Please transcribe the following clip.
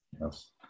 Yes